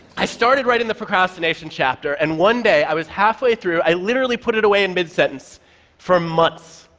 i started writing the procrastination chapter, and one day i was halfway through i literally put it away in mid-sentence for months.